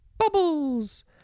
bubbles